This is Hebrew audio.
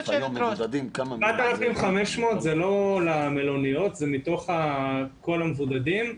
7,500 זה לא למלוניות, זה מתוך כל המבודדים.